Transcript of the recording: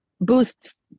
boosts